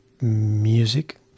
music